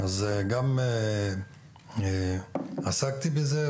גם עסקתי בזה.